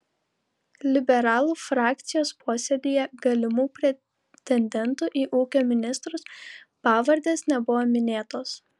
liberalų frakcijos posėdyje galimų pretendentų į ūkio ministrus pavardės nebuvo minėtos